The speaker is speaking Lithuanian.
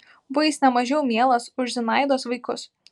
buvo jis ne mažiau mielas už zinaidos vaikus